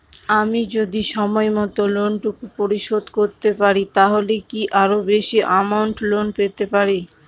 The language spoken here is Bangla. আমি যদি সময় মত লোন টুকু পরিশোধ করি তাহলে কি আরো বেশি আমৌন্ট লোন পেতে পাড়ি?